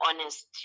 honest